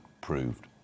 proved